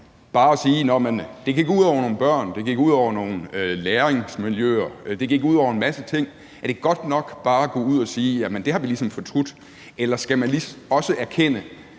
bare at sige, at det gik ud over nogle børn, det gik ud over nogle læringsmiljøer, det gik ud over en masse ting? Er det godt nok bare at gå ud at sige, at det har man ligesom fortrudt? Eller skal man også erkende,